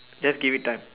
just give it time